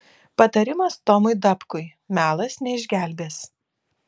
patarimas tomui dapkui melas neišgelbės